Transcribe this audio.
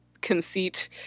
conceit